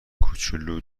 کوچولو